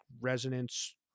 resonance